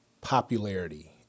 popularity